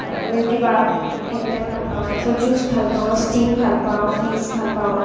Milkybar সেইবিলাক ভালপাওঁ তাৰপিছত জুচ ভালপাওঁ স্টিং ভালপাওঁ ফীজ ভালপাওঁ